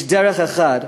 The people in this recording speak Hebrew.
ויש דרך אחת.